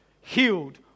healed